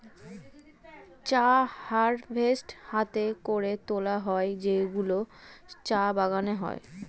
চা হারভেস্ট হাতে করে তোলা হয় যেগুলো চা বাগানে হয়